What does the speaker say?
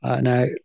Now